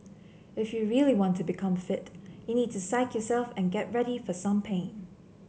if you really want to become fit you need to psyche yourself and get ready for some pain